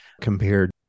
compared